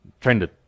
trended